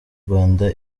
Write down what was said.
rwanda